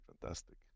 fantastic